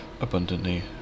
abundantly